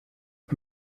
und